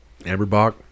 Amberbach